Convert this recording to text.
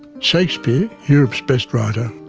shakespeare, europe's best writer,